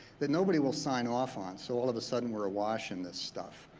that nobody will sign off on. so all of the sudden we're a wash in this stuff.